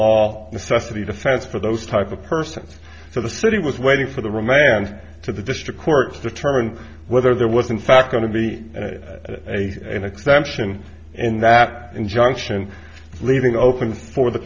necessity defense for those type of person so the city was waiting for the remains and to the district courts determine whether there was in fact going to be a an exemption in that injunction leaving open for the